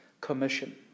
commission